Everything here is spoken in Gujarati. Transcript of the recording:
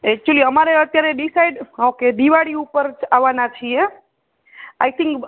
એકચુંલી અમારે અત્યારે ડીસાઇટ ઓકે દિવાળી ઉપર આવાના છીએ આઈ થિંગ